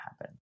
happen